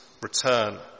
return